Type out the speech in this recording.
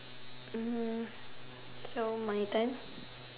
Hm so my turn